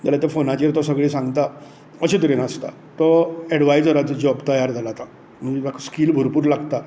जाल्यार त्या फोनाचेर तो सगळें सांगता अशे तरेन आसता तो एडवायजराचो जाॅब तयार जाला आता म्हण तेका स्किल भरपूर लागता